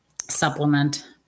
supplement